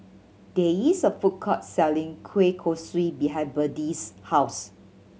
there is a food court selling kueh kosui behind Birdie's house